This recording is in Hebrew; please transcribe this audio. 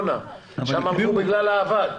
אנחנו באמת עובדים מסביב לשעון גם בעניין הזה.